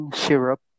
syrup